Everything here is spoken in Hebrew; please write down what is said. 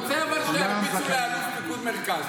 אבל הוא רוצה שירביצו לאלוף פיקוד המרכז.